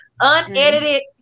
unedited